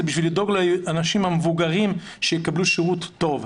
זה די לדאוג לאנשים המבוגרים שיקבלו שירות טוב.